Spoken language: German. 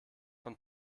von